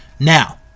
Now